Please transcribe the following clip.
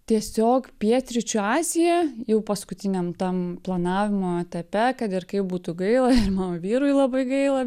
tiesiog pietryčių azija jau paskutiniam tam planavimo etape kad ir kaip būtų gaila mano vyrui labai gaila